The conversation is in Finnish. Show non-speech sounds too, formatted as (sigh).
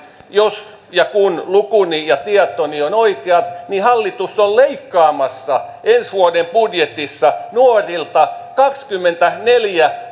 jos ja kun lukuni ja tietoni ovat oikeat niin hallitus on leikkaamassa ensi vuoden budjetissa nuorilta kaksikymmentäneljä (unintelligible)